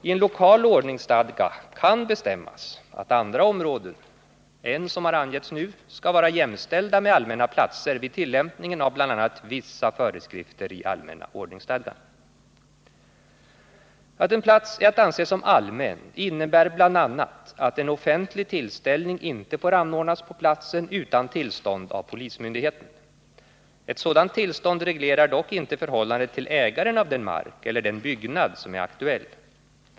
I en lokal ordningsstadga kan bestämmas att andra områden än som har angetts nu skall vara jämställda med allmänna platser vid tillämpningen av bl.a. vissa föreskrifter i allmänna ordningsstadgan. Att en plats är att anse som allmän innebär bl.a. att en offentlig tillställning inte får anordnas på platsen utan tillstånd av polismyndigheten. Ett sådant tillstånd reglerar dock inte förhållandet till ägaren av den mark eller den byggnad som är aktuell.